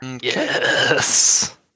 Yes